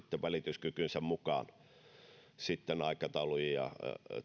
välityskykynsä mukaan aikatauluja